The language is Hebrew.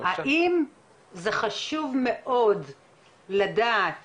האם זה חשוב מאוד לדעת